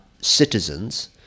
citizens